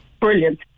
Brilliant